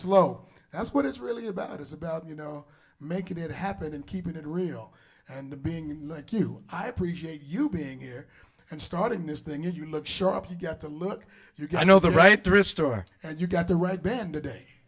slow that's what it's really about is about you know making it happen and keeping it real and being like you i appreciate you being here and starting this thing you look sharp you get to look you know the right to restore and you got the right bend today